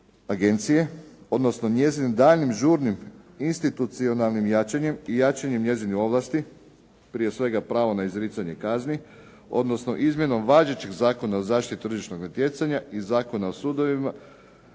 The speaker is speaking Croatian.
agencije, odnosno njezinim daljnjim, žurnim institucionalnim jačanjem i jačanjem njezinih ovlasti prije svega pravo na izricanje kazni, odnosno izmjenom važećeg Zakona o zaštiti tržišnog natjecanja i Zakona o sudovima